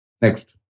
Next